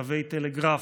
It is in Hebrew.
קווי טלגרף,